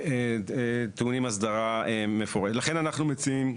לכן אנחנו מציעים,